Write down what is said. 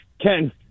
Ken